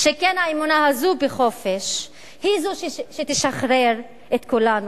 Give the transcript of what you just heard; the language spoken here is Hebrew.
שכן האמונה הזאת בחופש היא זו שתשחרר את כולנו,